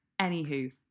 anywho